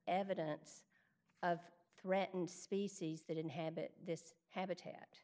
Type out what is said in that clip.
evidence of threatened species that inhabit this habitat